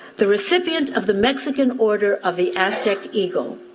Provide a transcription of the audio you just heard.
the recipient of the mexican order of the aztec eagle.